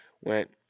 went